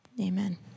Amen